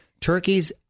Turkey's